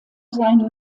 seinen